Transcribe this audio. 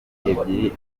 ebyiri